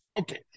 okay